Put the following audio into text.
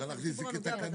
אפשר להכניס את זה בתקנות.